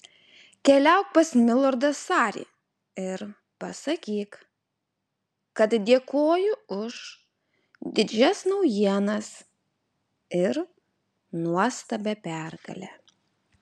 keliauk pas milordą sarį ir pasakyk kad dėkoju už didžias naujienas ir nuostabią pergalę